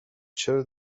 چرا